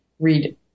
read